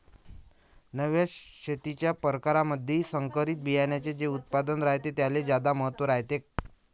नव्या शेतीच्या परकारामंधी संकरित बियान्याचे जे उत्पादन रायते त्याले ज्यादा महत्त्व रायते